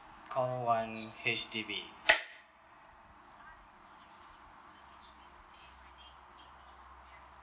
call one H_D_B